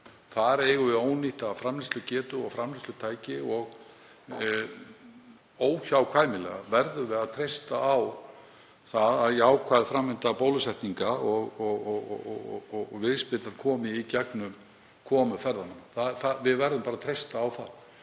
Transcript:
Þar eigum við ónýtta framleiðslugetu og framleiðslutæki og óhjákvæmilega verðum við að treysta á jákvæða framvindu bólusetninga og að viðspyrnan komi með komu ferðamanna, við verðum bara að treysta á það.